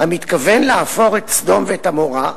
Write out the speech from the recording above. המתכוון להפוך את סדום ואת עמורה,